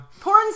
Porn